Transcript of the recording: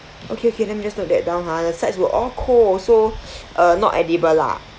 okay okay let me just note that down ha the sides were all cold also uh not edible lah